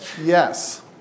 Yes